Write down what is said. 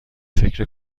فکر